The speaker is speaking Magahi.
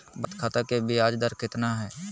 बचत खाता के बियाज दर कितना है?